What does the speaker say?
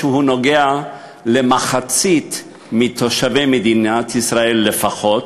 שנוגע למחצית מתושבי מדינת ישראל לפחות,